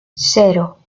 cero